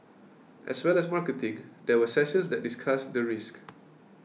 as well as marketing there were sessions that discussed the risks